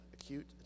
acute